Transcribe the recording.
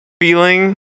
feeling